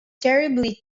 terribly